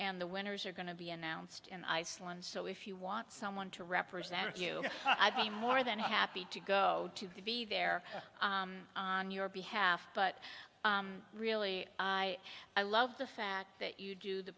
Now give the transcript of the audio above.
and the winners are going to be announced in iceland so if you want someone to represent you i'd be more than happy to go to be there on your behalf but really i love the fact that you do the